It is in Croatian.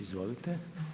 Izvolite.